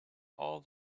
all